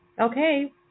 Okay